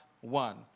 one